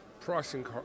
pricing